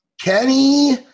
Kenny